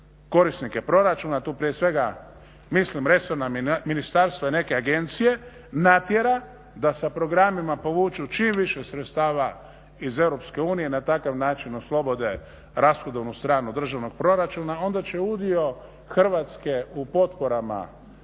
korisnike proračuna, tu prije svega mislim resorna ministarstva i neke agencije natjera da sa programima povuku čim više sredstava iz EU i na takav način oslobode rashodovnu snagu državnog proračuna, onda će udio Hrvatske u potporama